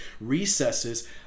recesses